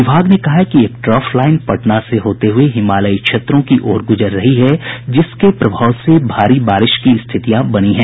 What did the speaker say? विभाग ने कहा है कि एक ट्रफ लाईन पटना से होते हुये हिमालयी क्षेत्रों की ओर गुजर रही है जिसके प्रभाव से भारी बारिश की स्थितियां बनी हैं